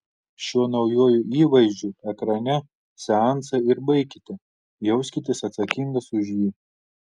šiuo naujuoju įvaizdžiu ekrane seansą ir baikite jauskitės atsakingas už jį